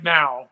now